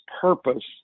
purpose